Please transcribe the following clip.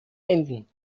enden